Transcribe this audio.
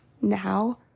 now